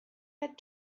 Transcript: had